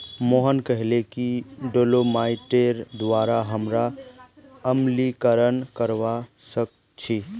मोहन कहले कि डोलोमाइटेर द्वारा हमरा अम्लीकरण करवा सख छी